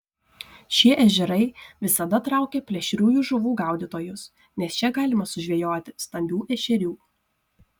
šie ežerai visada traukia plėšriųjų žuvų gaudytojus nes čia galima sužvejoti stambių ešerių